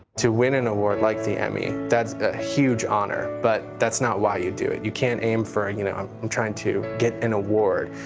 to win an award like the emmy, that's a huge honor. but that's not why you do it. you can't aim for and you know um um trying to get an award.